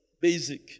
Basic